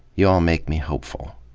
you all make me hopeful.